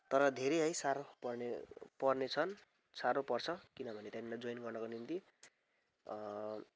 तर धेरै है साह्रो पर्ने पर्नेछन् साह्रो पर्छ किनभने त्यहाँनिर जोइन गर्नको निम्ति